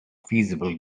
feasible